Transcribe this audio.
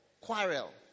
quarrel